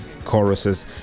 choruses